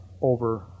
over